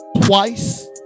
Twice